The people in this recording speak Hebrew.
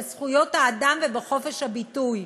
בזכויות האדם ובחופש הביטוי.